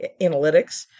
analytics